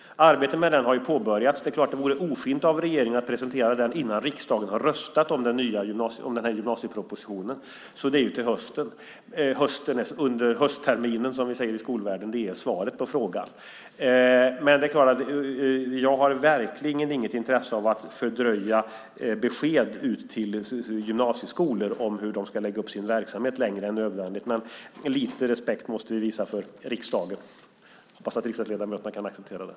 Arbetet med den har påbörjats. Det är klart att det vore ofint av regeringen att presentera den innan riksdagen har röstat om gymnasiepropositionen, så det blir till hösten eller under höstterminen, som vi säger i skolvärlden. Det är svaret på frågan. Jag har verkligen inget intresse av att längre än nödvändigt fördröja besked ut till gymnasieskolor om hur de ska lägga upp sin verksamhet, men lite respekt måste vi visa för riksdagen. Jag hoppas att riksdagsledamöterna kan acceptera det.